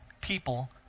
people